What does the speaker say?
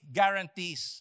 guarantees